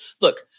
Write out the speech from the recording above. look